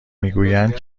میگویند